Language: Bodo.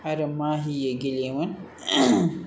आरो माहियै गेलेयोमोन